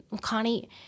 Connie